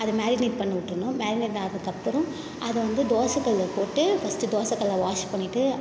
அதை மேரினேட் பண்ண விட்டுரணும் மேரினேட் ஆனாதுக்கப்புறம் அதை வந்து தோசை கல்லில் போட்டு ஃபஸ்ட்டு தோசை கல்லில வாஷ் பண்ணிட்டு